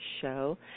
show